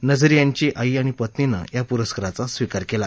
नझीर यांची आई आणि पत्नीनं या पुरस्काराचा स्वीकार केला